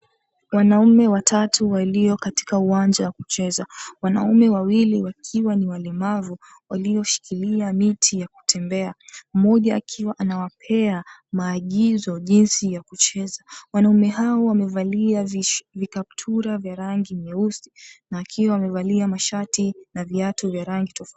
Wanaume watatu walio katika uwanja wa kucheza. Wanaume wawili wakiwa ni walemavu walioshikilia miti ya kutembea, mmoja akiwa amewapea maagizo jinsi ya kucheza. Wanaume hawa wamevalia vikaptura vya rangi nyeusi wakiwa wamevalia mashati na viatu vya rangi tofauti tofauti.